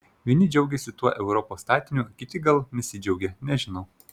vieni džiaugiasi tuo europos statiniu kiti gal nesidžiaugia nežinau